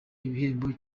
igihembo